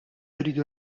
irridu